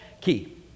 key